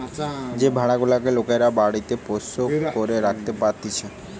যে ভেড়া গুলেক লোকরা বাড়িতে পোষ্য করে রাখতে পারতিছে